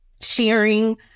sharing